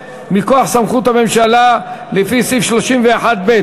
מכוח סמכות הממשלה, לפי סעיף 31(ב)